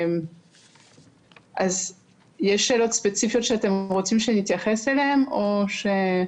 שירות התעסוקה נותן את זה לדורשי